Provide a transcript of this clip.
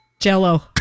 Jello